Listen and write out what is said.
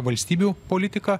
valstybių politika